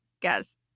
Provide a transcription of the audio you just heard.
guys